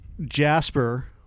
jasper